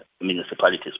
municipalities